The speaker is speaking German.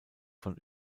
von